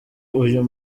uyu